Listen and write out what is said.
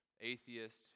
atheist